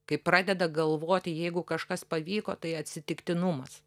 kai pradeda galvoti jeigu kažkas pavyko tai atsitiktinumas